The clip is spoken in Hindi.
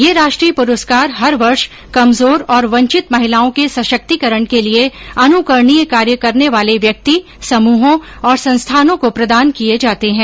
ये राष्ट्रीय पुरस्कार हर वर्ष कमजोर और वंचित महिलाओं के सशक्तीकरण के लिए अनुकरणीय कार्य करने वाले व्यक्ति समूहों और संस्थानों को प्रदान किए जाते हैं